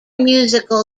musical